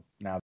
now